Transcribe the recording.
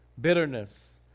bitterness